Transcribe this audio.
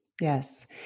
Yes